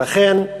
ולכן,